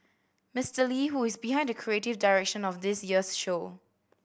Mister Lee who is behind the creative direction of this year's show